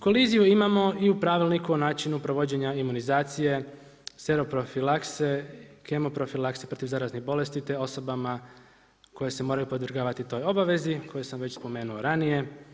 Koliziju imamo i u pravilniku o načinu provođenja imunizacije, seroprofilakse, kemoprofilakse i protuzaraznih bolesti te osobama koje se moraju podvrgavati toj obavezi, koje sam već spomenuo ranije.